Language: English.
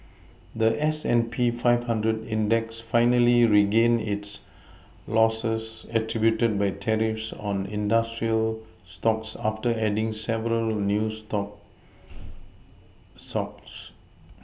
the S and P five hundred index finally regained its Losses attributed by tariffs on industrial stocks after adding several new stocks socks